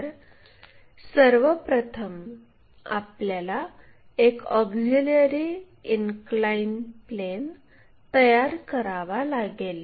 तर सर्वप्रथम आपल्याला एक ऑक्झिलिअरी इनक्लाइन प्लेन तयार करावा लागेल